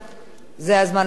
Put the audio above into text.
זה הזמן לומר זאת.